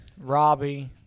Robbie